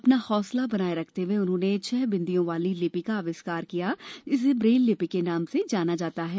अपना हौसला बनाया रखते हए उन्होंने छह बिन्दियों वाली लिपि का आविष्कार किया जिसे ब्रेल लिपि के नाम से जाना जाता है